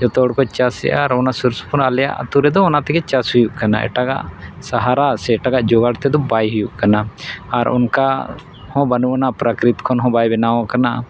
ᱡᱚᱛᱚ ᱦᱚᱲ ᱠᱚ ᱪᱟᱥ ᱮᱜᱼᱟ ᱚᱱᱟ ᱥᱩᱨ ᱥᱩᱯᱩᱨ ᱟᱞᱮᱭᱟᱜ ᱟᱛᱳ ᱨᱮᱫᱚ ᱚᱱᱟ ᱛᱮᱜᱮ ᱪᱟᱥ ᱦᱩᱭᱩᱜ ᱠᱟᱱᱟ ᱮᱴᱟᱜᱟᱜ ᱥᱟᱦᱟᱨᱟ ᱥᱮ ᱮᱴᱟᱜᱟᱜ ᱡᱳᱜᱟᱲ ᱛᱮᱫᱚ ᱵᱟᱭ ᱦᱩᱭᱩᱜ ᱠᱟᱱᱟ ᱟᱨ ᱚᱱᱠᱟ ᱦᱚᱸ ᱵᱟᱹᱱᱩᱜ ᱟᱱᱟ ᱯᱨᱟᱠᱨᱤᱛ ᱠᱷᱚᱱ ᱦᱚᱸ ᱵᱟᱭ ᱵᱮᱱᱟᱣ ᱠᱟᱱᱟ